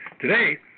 Today